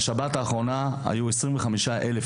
בשבת האחרונה היו שם 25 אלף